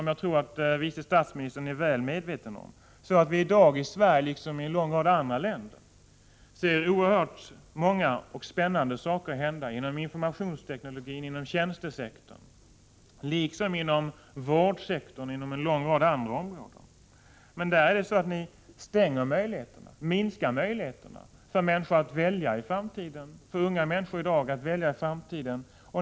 Jag tror att också vice statsministern är väl medveten om att vi i dag i Sverige, liksom i en lång rad andra länder, ser oerhört många och spännande saker hända inom informationsteknologin och inom tjänstesektorn samt inom vårdsektorn och inom en mängd andra områden. Men när det gäller dessa områden minskar ni möjligheterna för unga människor att välja i framtiden.